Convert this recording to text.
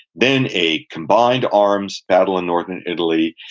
then a combined arms battle in northern italy,